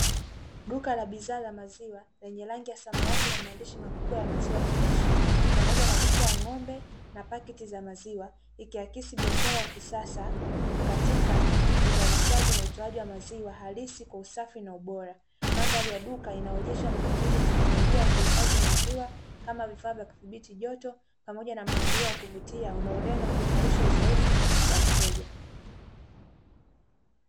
Duka la bidhaa za maziwa lenye rangi ya samawati na maandishi makubwa ya maziwa freshi, pamoja na picha ya ng'ombe na paketi za maziwa likiakisi biashara ya kisasa katika uzalishaji na utoaji wa maziwa halisi kwa usafi na ubora. Mandhari ya duka inaonyesha matumizi ya tekinolojia ya kuhifafhi maziwa kama vifaa vya kudhibiti joto pamoja na mpangilio wa kuvutia unaolenga kuimarisha uzoefu kwa mteja.